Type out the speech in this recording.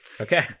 Okay